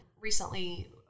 recently